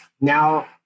now